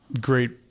great